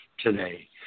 Today